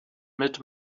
mit